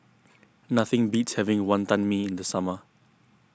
nothing beats having Wonton Mee in the summer